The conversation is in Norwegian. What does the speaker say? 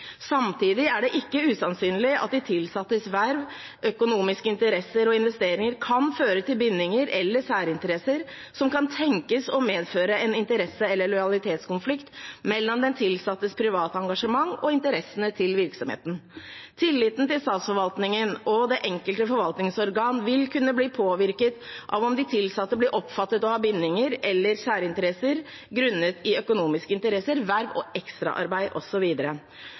Samtidig er det ikke usannsynlig at de tilsattes verv, økonomiske interesser og investeringer kan føre til bindinger eller særinteresser som kan tenkes å medføre en interesse- eller lojalitetskonflikt mellom den tilsattes private engasjement og interessene til virksomheten. Tilliten til statsforvaltningen og det enkelte forvaltningsorgan vil kunne bli påvirket av om de tilsatte blir oppfattet å ha bindinger eller særinteresser grunnet i økonomiske interesser, verv, ekstraarbeid osv. Departementet har tidligere utarbeidet og